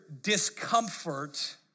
discomfort